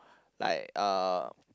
like uh